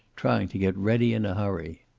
trying to get ready in a hurry.